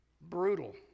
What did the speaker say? Brutal